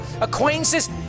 Acquaintances